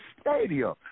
stadium